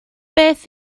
beth